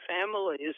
families